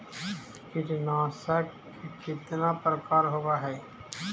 कीटनाशक के कितना प्रकार होव हइ?